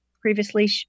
previously